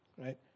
right